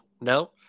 no